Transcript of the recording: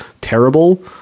terrible